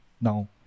now